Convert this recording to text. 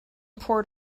port